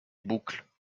boucles